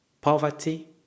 poverty